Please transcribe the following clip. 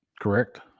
Correct